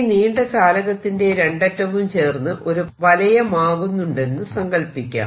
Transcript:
ഈ നീണ്ട ചാലകത്തിന്റെ രണ്ടറ്റവും ചേർന്ന് ഒരു വലയമാകുന്നുണ്ടെന്നു സങ്കല്പിക്കാം